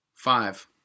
Five